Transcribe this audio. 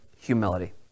humility